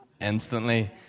Instantly